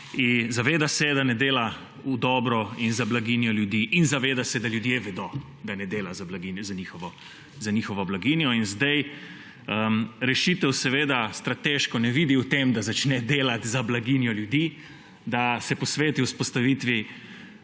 Zaveda se, da ne dela v dobro in za blaginjo ljudi in zaveda se, da ljudje vedo, da ne dela za njihovo blaginjo. Strateške rešitve ne vidi v tem, da začne delati za blaginjo ljudi, da se posveti vzpostavitvi